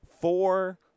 four